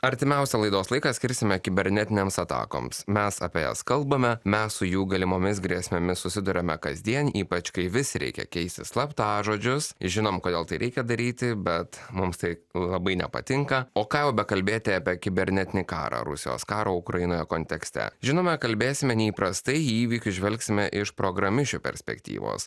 artimiausią laidos laiką skirsime kibernetinėms atakoms mes apie jas kalbame mes su jų galimomis grėsmėmis susiduriame kasdien ypač kai vis reikia keisti slaptažodžius žinom kodėl tai reikia daryti bet mums tai labai nepatinka o ką jau bekalbėti apie kibernetinį karą rusijos karo ukrainoje kontekste žinoma kalbėsime neįprastai į įvykius žvelgsime iš programišių perspektyvos